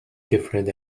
different